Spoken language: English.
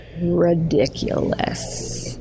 ridiculous